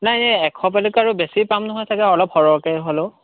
নাই এই এশ পোৱালিতকৈ আৰু বেছি পাম নহয় চাগৈ অলপ সৰহকৈ হ'লেও